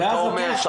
ניר,